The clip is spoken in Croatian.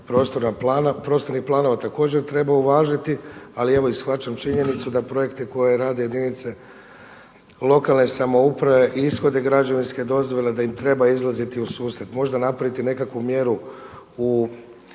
prostornih planova također treba uvažiti ali evo i shvaćam i činjenicu da projekte koje rade jedinice lokalne samouprave ishode građevinske dozvole, da im treba izlaziti u susret. Možda napraviti nekakvu mjeru u